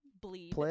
Bleed